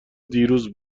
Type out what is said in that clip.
دیروز